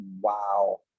wow